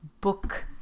Book